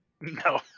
No